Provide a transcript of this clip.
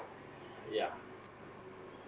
yeah